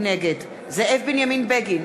נגד זאב בנימין בגין,